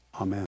Amen